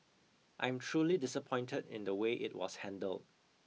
I'm truly disappointed in the way it was handled